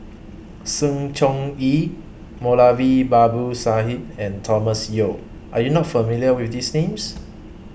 Sng Choon Yee Moulavi Babu Sahib and Thomas Yeo Are YOU not familiar with These Names